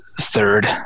third